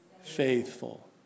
faithful